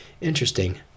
interesting